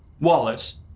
Wallace